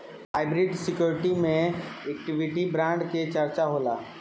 hybrid security में equity bond के चर्चा होला